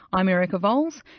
i'm erica vowles,